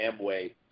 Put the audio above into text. Amway